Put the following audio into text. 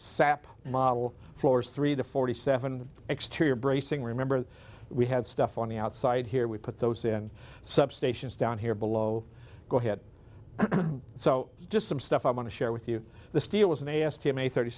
sap model floors three the forty seven exterior bracing remember we had stuff on the outside here we put those in substations down here below go ahead so just some stuff i want to share with you the steel as they asked him a thirty